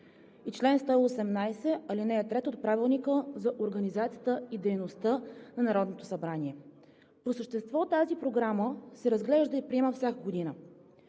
и чл. 118, ал. 3 от Правилника за организацията и дейността на Народното събрание. По същество тази програма се разглежда и приема всяка година.